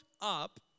up